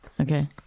Okay